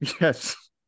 Yes